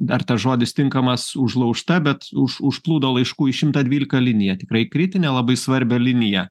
dar tas žodis tinkamas užlaužta bet už užplūdo laiškų į šimtą dvylika liniją tikrai kritinę labai svarbią liniją